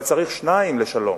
אבל צריך שניים לשלום.